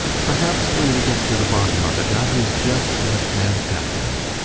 perhaps, when we get to the bottom of it, that is just what has happened.